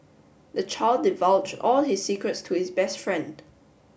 the child divulge all his secrets to his best friend